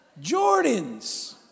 Jordans